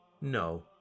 No